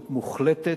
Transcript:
בדואים.